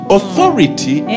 Authority